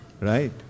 right